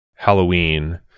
halloween